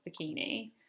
bikini